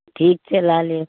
ठीक छै लए लेब